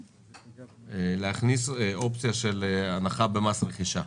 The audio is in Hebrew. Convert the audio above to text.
להכניס אופציה של הנחה במס רכישה.